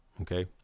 Okay